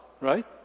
right